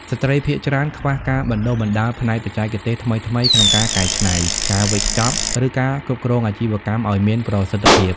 ស្ត្រីភាគច្រើនខ្វះការបណ្តុះបណ្តាលផ្នែកបច្ចេកទេសថ្មីៗក្នុងការកែច្នៃ ការវេចខ្ចប់ ឬការគ្រប់គ្រងអាជីវកម្មឲ្យមានប្រសិទ្ធភាព។